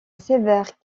sévère